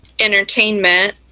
entertainment